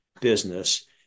business